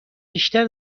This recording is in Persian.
بیشتر